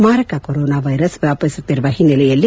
ಮಾರಕ corona virus ವ್ಯಾಪಿಸುತ್ತಿರುವ ಹಿನ್ನೆಲೆಯಲ್ಲಿ